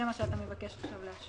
זה מה שאתה מבקש עכשיו לאשר.